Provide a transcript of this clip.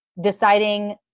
deciding